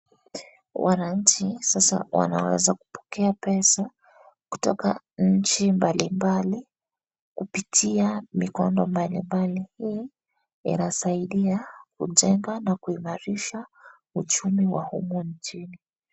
Wananchi sasa wanaeza pokea pesa kutoka nchi mbalimbali kupitia mikono mbalimbali. Hii inasaidia kujenga na kuimarisha uchumi wa humu nchini.